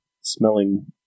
smelling